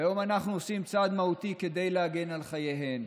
והיום אנחנו עושים צעד מהותי כדי להגן על חייהן.